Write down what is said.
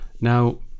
Now